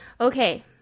Okay